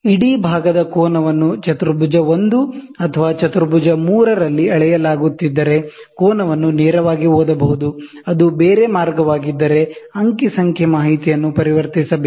ಇಡೀ ಭಾಗದ ಕೋನವನ್ನು ಕ್ವಾಡ್ರನ್ಟ್ 1 ಅಥವಾ ಕ್ವಾಡ್ರನ್ಟ್ 3 ರಲ್ಲಿ ಅಳೆಯಲಾಗುತ್ತಿದ್ದರೆ ಕೋನವನ್ನು ನೇರವಾಗಿ ಓದಬಹುದು ಅದು ಬೇರೆ ಮಾರ್ಗವಾಗಿದ್ದರೆ ಅಂಕಿಸಂಖ್ಯೆ ಮಾಹಿತಿಯನ್ನು ಪರಿವರ್ತಿಸಬೇಕು